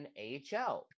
NHL